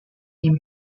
him